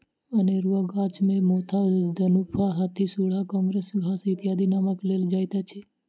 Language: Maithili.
अनेरूआ गाछ मे मोथा, दनुफ, हाथीसुढ़ा, काँग्रेस घास इत्यादिक नाम लेल जाइत अछि